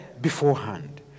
beforehand